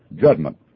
judgment